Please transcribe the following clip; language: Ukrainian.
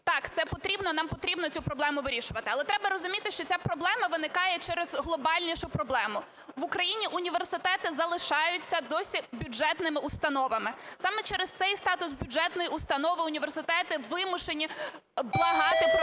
нам потрібно цю проблему вирішувати. Але треба розуміти, що ця проблема виникає через глобальнішу проблему. В Україні університети залишаються досі бюджетними установами. Саме через цей статус бюджетної установи університети вимушені благати про те,